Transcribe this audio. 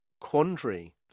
quandary